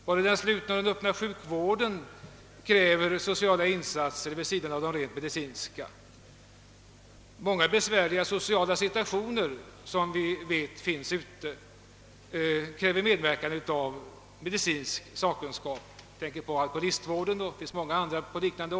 Både den slutna och den öppna sjukvården kräver sociala insatser vid sidan av de rent medicinska, och många sociala fall kräver medverkan från medicinsk sakkunskap. Jag tänker här närmast på vården av alkoholister och liknande.